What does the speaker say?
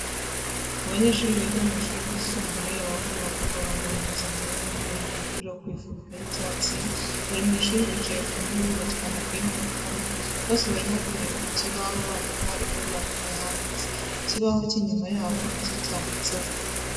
Abanyeshuri biga w'ishuri ryisumbuye abahungu n'abakobwa bambaye impuzankano z'umweru n'imipira yo kwifubika y'icyatsi bari mw'ishuri bicaye ku ntebe bafite amakaye n'amakaramu bose barimo kureba ku kibaho bandika ibyo mwarimu yahanditse, ikibaho cy'inyuma yabo nacyo cyanditseho.